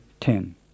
ten